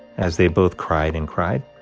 as they both cried and cried.